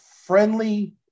friendly